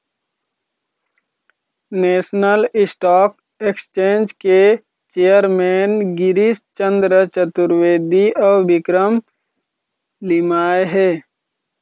national Stock Exchange के chairman Girish Chandra Chaturvedi अउ विक्रम लिमाय हे